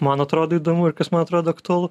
man atrodo įdomu ir kas man atrodo aktualu